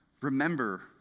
remember